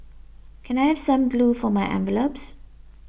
can I have some glue for my envelopes